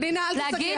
פנינה, אל תצעקי עליי.